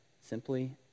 simply